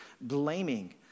blaming